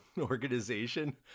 organization